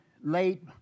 late